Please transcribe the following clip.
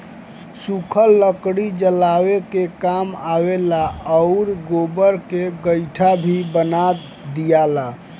सुखल लकड़ी जरावे के काम आवेला आउर गोबर के गइठा भी बना दियाला